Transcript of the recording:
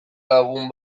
lagun